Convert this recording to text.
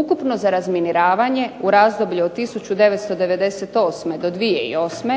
Ukupno za razminiravanje u razdoblju od 1998. do 2008.